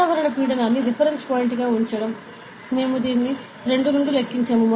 వాతావరణ పీడనాన్ని రిఫరెన్స్ పాయింట్గా ఉంచడం మేము దాని 2 నుండి లెక్కించాము